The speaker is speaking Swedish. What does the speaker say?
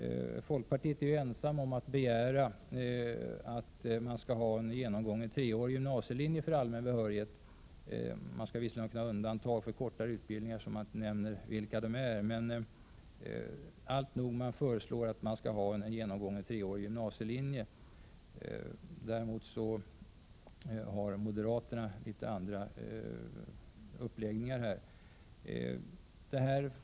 Folkpartiet är ensamt om att begära att man skall ha en genomgången treårig gymnasielinje för allmän behörighet — även om det skall det göras undantag för vissa kortare linjer, som räknas upp.